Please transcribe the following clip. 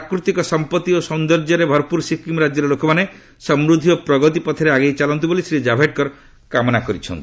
ପ୍ରାକୃତିକ ସମ୍ପତ୍ତି ଓ ସୌନ୍ଦର୍ଯ୍ୟରେ ଭରପୁର ସିକ୍କିମ୍ ରାଜ୍ୟର ଲୋକମାନେ ସମୃଦ୍ଧି ଓ ପ୍ରଗତି ପଥରେ ଆଗେଇ ଚାଲନ୍ତୁ ବୋଲି ଶ୍ରୀ ଜାଭଡେକର କାମନା କରିଛନ୍ତି